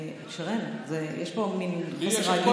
שרן, יש פה מין חוסר הגינות.